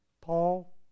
Paul